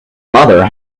mother